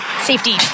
safety